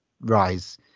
rise